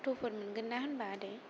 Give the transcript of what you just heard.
अट'फोर मोनगोन ना होनबा आदै